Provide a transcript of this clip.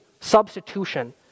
substitution